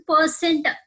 percent